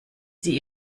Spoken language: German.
sie